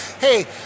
Hey